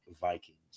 Vikings